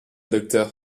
docteur